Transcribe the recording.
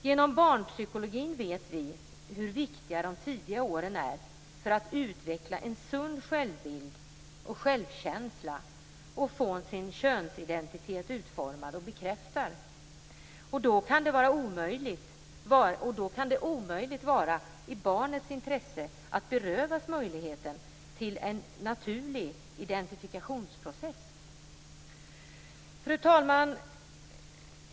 Genom barnpsykologin vet vi hur viktiga de tidiga åren är för att utveckla en sund självbild och självkänsla och för att få sin könsidentitet utformad och bekräftad. Då kan det omöjligt vara i barnets intresse att berövas möjligheten till en naturlig identifikationsprocess. Fru talman!